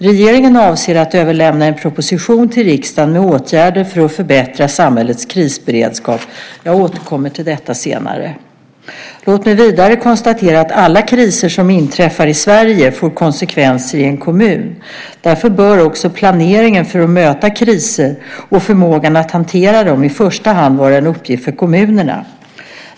Regeringen avser att överlämna en proposition till riksdagen med åtgärder för att förbättra samhällets krisberedskap. Jag återkommer till detta senare. Låt mig vidare konstatera att alla kriser som inträffar i Sverige får konsekvenser i en kommun. Därför bör också planeringen för att möta kriser och förmågan att hantera dem i första hand vara en uppgift för kommunerna.